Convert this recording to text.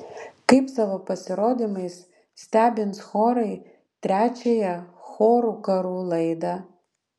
kaip savo pasirodymais stebins chorai trečiąją chorų karų laidą